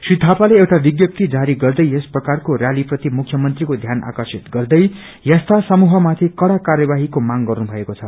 श्री थापाले एउटा विझप्ती जारी गर्दै यस प्रकााकरो रैली प्रति मुख्यमंत्रीको ध्यान आर्कर्शित गर्दै यस्ता समूह माथि कड़ा कार्यवीहो मांग गर्नुषएको छ